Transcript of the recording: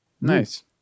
Nice